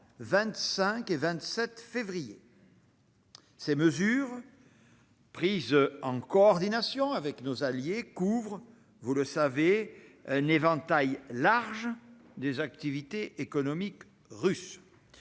25 et 27 février. Ces mesures prises en coordination avec nos alliés couvrent un éventail large des activités économiques russes.